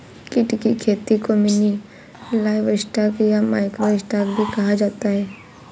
कीट की खेती को मिनी लाइवस्टॉक या माइक्रो स्टॉक भी कहा जाता है